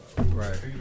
Right